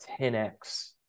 10X